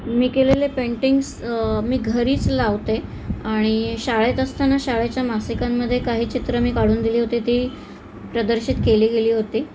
मी केलेले पेंटिंग्स मी घरीच लावते आणि शाळेत असताना शाळेच्या मासिकांमध्ये काही चित्रं मी काढून दिली होती ती प्रदर्शित केली गेली होती